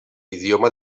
idioma